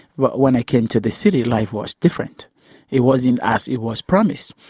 but when i came to the city life was different it wasn't as it was promised,